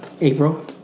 April